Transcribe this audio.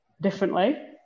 differently